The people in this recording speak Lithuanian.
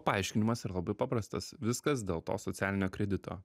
paaiškinimas yra labai paprastas viskas dėl to socialinio kredito